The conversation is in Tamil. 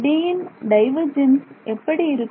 Dன் டைவர்ஜென்ஸ் எப்படி இருக்கும்